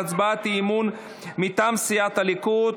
על הצעת אי-אמון מטעם סיעת הליכוד.